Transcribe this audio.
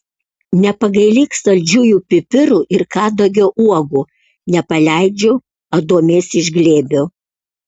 nepagailėk saldžiųjų pipirų ir kadagio uogų nepaleidžiu adomės iš glėbio